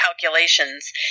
calculations